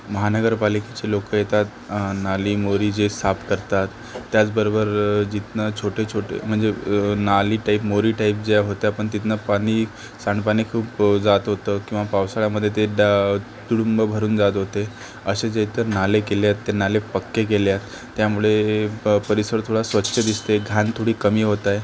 महानगरपालिकेचे लोकं येतात नाली मोरी जे साफ करतात त्याचबरोबर जिथनं छोटे छोटे म्हणजे नाली टाईप मोरी टाईप ज्या होत्या पण तिथनं पाणी सांडपाणी खूप जात होतं किंवा पावसाळ्यामध्ये ते त्या तुडुंब भरून जात होते असे जे आहेत त्या नाले केले आहेत ते नाले पक्के केले आहेत त्यामुळे परिसर थोडा स्वच्छ दिसते घाण थोडी कमी होत आहे